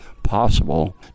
possible